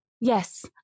Yes